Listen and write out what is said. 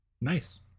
nice